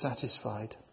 satisfied